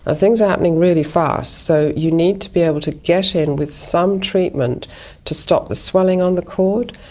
ah things are happening really fast, so you need to be able to get in with some treatment to stop the swelling on the cord,